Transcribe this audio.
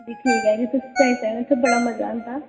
दिक्खी लैयो उत्थें बड़ा मज़ा आंदा